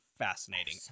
fascinating